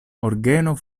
orgeno